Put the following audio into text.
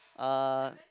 uh